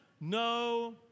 no